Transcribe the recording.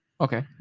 Okay